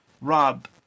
rob